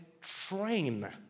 Train